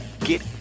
Get